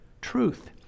truth